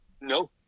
No